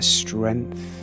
strength